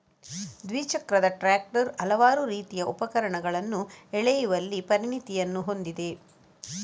ದ್ವಿಚಕ್ರದ ಟ್ರಾಕ್ಟರ್ ಹಲವಾರು ರೀತಿಯ ಉಪಕರಣಗಳನ್ನು ಎಳೆಯುವಲ್ಲಿ ಪರಿಣತಿಯನ್ನು ಹೊಂದಿದೆ